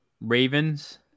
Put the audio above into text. Ravens